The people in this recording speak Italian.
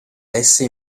lesse